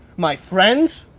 my friends,